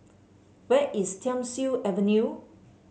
where is Thiam Siew Avenue